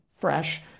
fresh